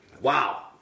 Wow